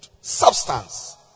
Substance